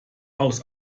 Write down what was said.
aus